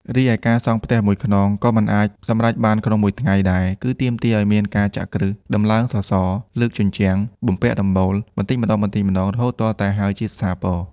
រីឯ ការសង់ផ្ទះមួយខ្នងក៏មិនអាចសម្រេចបានក្នុងមួយថ្ងៃដែរ គឺទាមទារឱ្យមានការចាក់គ្រឹះ ដំឡើងសសរ លើកជញ្ជាំង បំពាក់ដំបូល បន្តិចម្តងៗ រហូតទាល់តែហើយជាស្ថាពរ។